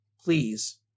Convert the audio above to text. please